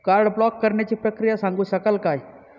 Card block करण्याची प्रक्रिया सांगू शकाल काय?